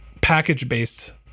package-based